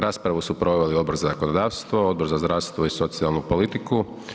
Raspravu su proveli Odbor za zakonodavstvo, Odbor za zdravstvo i socijalnu politiku.